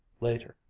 later